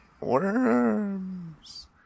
worms